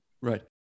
Right